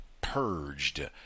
purged